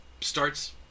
starts